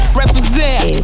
represent